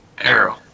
Arrow